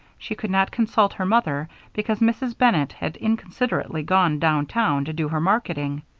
she could not consult her mother because mrs. bennett had inconsiderately gone down town to do her marketing.